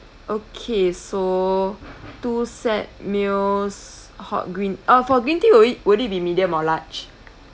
okay so two set meals hot green uh for green tea would it would it be medium or large